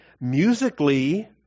musically